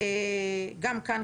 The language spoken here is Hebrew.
גם כאן,